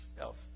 else